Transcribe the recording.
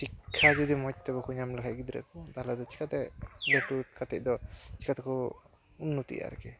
ᱥᱤᱠᱠᱷᱟ ᱡᱩᱫᱤ ᱢᱚᱡᱽ ᱛᱮ ᱵᱟᱠᱚ ᱧᱟᱢ ᱞᱮᱠᱷᱟᱱ ᱜᱤᱫᱽᱨᱟᱹ ᱠᱚ ᱛᱟᱦᱚᱞᱮ ᱫᱚ ᱪᱤᱠᱟᱹᱛᱮ ᱞᱟᱹᱴᱩ ᱠᱟᱛᱮᱫ ᱫᱚ ᱪᱤᱠᱟᱹᱛᱮᱠᱚ ᱩᱱᱱᱚᱛᱤᱜᱼᱟ ᱟᱨᱠᱤ